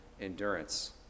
endurance